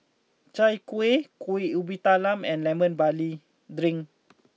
Chai Kueh Kuih Ubi Kayu and Lemon Barley Drink